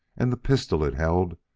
and the pistol it held,